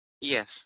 Yes